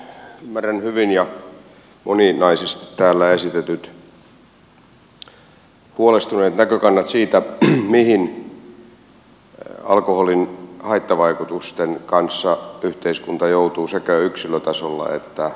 ymmärrän hyvin ja moninaisesti täällä esitetyt huolestuneet näkökannat siitä mihin alkoholin haittavaikutusten kanssa yhteiskunta joutuu sekä yksilötasolla että yhteiskuntana